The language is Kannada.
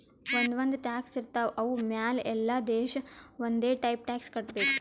ಒಂದ್ ಒಂದ್ ಟ್ಯಾಕ್ಸ್ ಇರ್ತಾವ್ ಅವು ಮ್ಯಾಲ ಎಲ್ಲಾ ದೇಶ ಒಂದೆ ಟೈಪ್ ಟ್ಯಾಕ್ಸ್ ಕಟ್ಟಬೇಕ್